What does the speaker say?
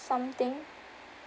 something